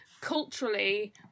Culturally